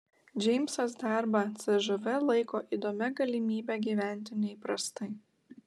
džeimsas darbą cžv laiko įdomia galimybe gyventi neįprastai